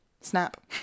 Snap